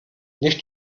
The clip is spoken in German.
nicht